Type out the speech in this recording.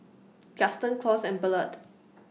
Gaston Claus and Ballard